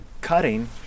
cutting